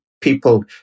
people